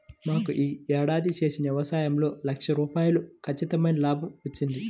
మాకు యీ ఏడాది చేసిన యవసాయంలో లక్ష రూపాయలు ఖచ్చితమైన లాభం వచ్చింది